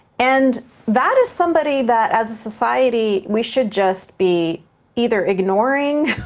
and that is somebody that as a society we should just be either ignoring.